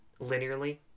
linearly